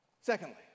Secondly